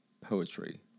poetry